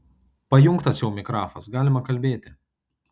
pajungtas jau mikrafas galima kalbėti